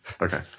Okay